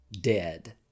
dead